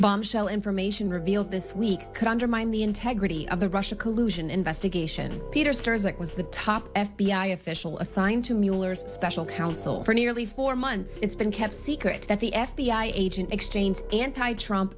bombshell information revealed this week could undermine the integrity of the russian collusion investigation peter stars that was the top f b i official assigned to mueller special counsel for nearly four months it's been kept secret that the f b i agent exchange anti trump